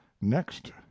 next